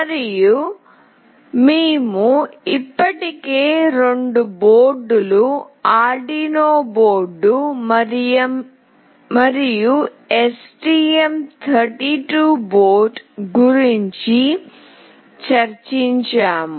మరియు మేము ఇప్పటికే రెండు బోర్డులు ఆర్డునో బోర్డు మరియు STM బోర్డు గురించి చర్చించాము